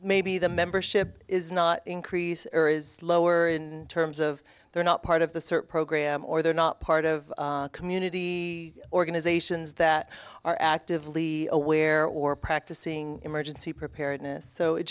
maybe the membership is not increase or is lower in terms of they're not part of the search program or they're not part of community organizations that are actively aware or practicing emergency preparedness